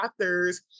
authors